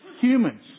humans